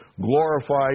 glorified